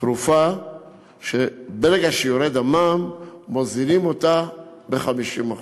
תרופה שברגע שיורד המע"מ מוזילים אותה ב-50%.